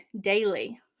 daily